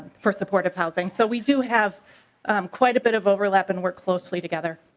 for supportive housing. so we do have quite a bit of overlap and work closely together.